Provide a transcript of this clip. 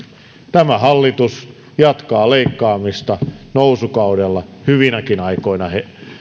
tämä hallitus jatkaa leikkaamista nousukaudella hyvinäkin aikoina